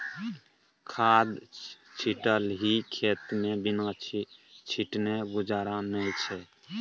खाद छिटलही खेतमे बिना छीटने गुजारा नै छौ